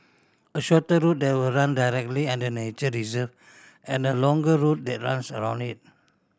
a shorter route that will run directly under the nature reserve and a longer route that runs around it